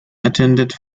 attended